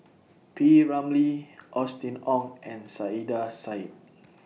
P Ramlee Austen Ong and Saiedah Said